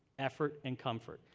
effort and comfort.